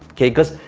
okay coz,